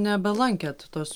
nebelankėt tos